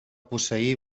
posseir